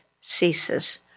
ceases